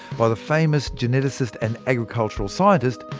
by the famous geneticist and agricultural scientist,